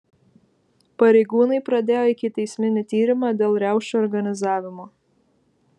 pareigūnai pradėjo ikiteisminį tyrimą dėl riaušių organizavimo